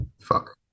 Fuck